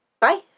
Bye